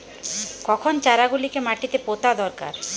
কখন চারা গুলিকে মাটিতে পোঁতা দরকার?